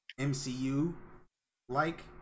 MCU-like